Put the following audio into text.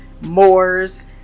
moors